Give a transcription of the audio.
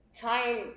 Time